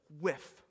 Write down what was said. whiff